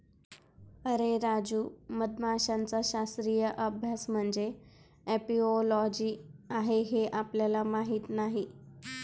अरे राजू, मधमाशांचा शास्त्रीय अभ्यास म्हणजे एपिओलॉजी आहे हे आपल्याला माहीत नाही